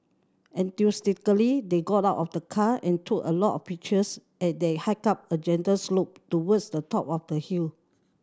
enthusiastically they got out of the car and took a lot of pictures as they hiked up a gentle slope towards the top of the hill